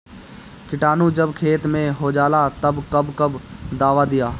किटानु जब खेत मे होजाला तब कब कब दावा दिया?